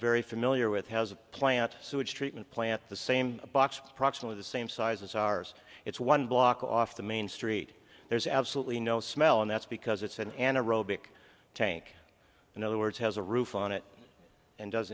very familiar with has a plant sewage treatment plant the same box proxima the same size as ours it's one block off the main street there's absolutely no smell and that's because it's an anaerobic tank in other words has a roof on it and does